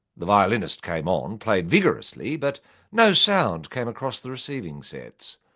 the violinist came on, played vigorously, but no sound came across the receiving sets.